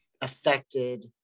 affected